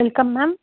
welcome ma'am